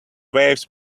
waves